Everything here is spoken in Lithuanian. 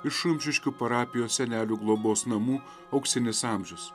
iš rumšiškių parapijos senelių globos namų auksinis amžius